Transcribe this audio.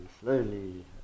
slowly